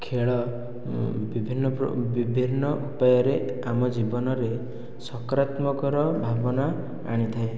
ଖେଳ ବିଭିନ୍ନ ବିଭିନ୍ନ ଉପାୟରେ ଆମ ଜୀବନରେ ସକାରତ୍ମକ ଭାବନା ଆଣିଥାଏ